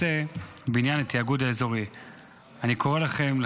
אני קורא לכם,